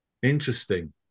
Interesting